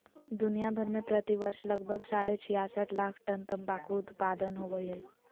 दुनिया भर में प्रति वर्ष लगभग साढ़े छियासठ लाख टन तंबाकू उत्पादन होवई हई,